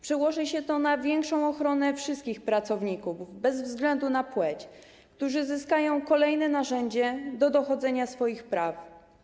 Przełoży się to na większą ochronę wszystkich pracowników bez względu na płeć, którzy zyskają kolejne narzędzie do dochodzenia swoich praw.